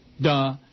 Duh